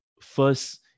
first